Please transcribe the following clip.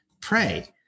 pray